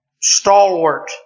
stalwart